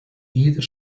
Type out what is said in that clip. either